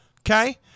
okay